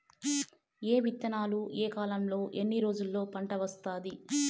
ఏ విత్తనాలు ఏ కాలంలో ఎన్ని రోజుల్లో పంట వస్తాది?